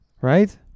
right